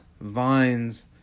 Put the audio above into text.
Vines